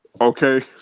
okay